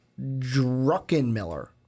Druckenmiller